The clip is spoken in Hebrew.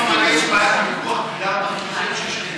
יש בעיית פיקוח בגלל המרכיבים,